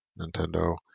Nintendo